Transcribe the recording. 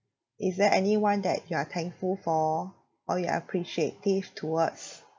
is there anyone that you are thankful for or you are appreciative towards